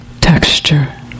texture